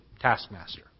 taskmaster